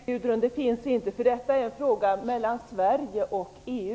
Fru talman! Nej, det finns inte. Detta är en fråga mellan Sverige och EU.